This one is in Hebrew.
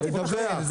אל תפחד.